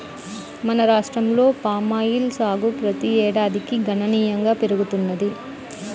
మన రాష్ట్రంలో పామాయిల్ సాగు ప్రతి ఏడాదికి గణనీయంగా పెరుగుతున్నది